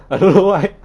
I don't know why